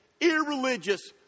irreligious